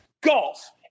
golf